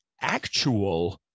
actual